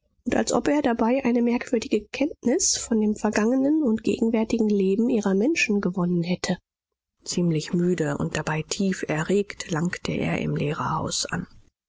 als ob er dabei eine merkwürdige kenntnis von dem vergangenen und gegenwärtigen leben ihrer menschen gewonnen hätte ziemlich müde und dabei tief erregt langte er im lehrerhaus an